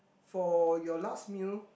for your last meal